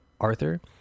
Arthur